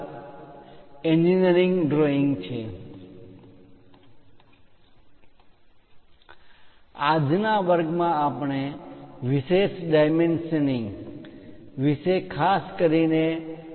વર્ગ 1 થી 4 માં આપણે એન્જિનિયરિંગ ડ્રોઈંગ નો પરિચય ડ્રોઇંગ ઇન્સ્ટ્રુમેન્ટ્સ ડ્રોઇંગ્સ દોરવાના સાધનો લાક્ષણિક અક્ષર શૈલી અક્ષરો દોરવાની રીત ડ્રોઈંગ શીટ નુ માનક લેઆઉટ ગોઠવણી ડાયમેન્શનિંગ માપ લખવાની રીત dimensioning પરના કેટલાક મુદ્દાઓ વિશે શીખ્યા